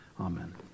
Amen